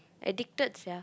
addicted sia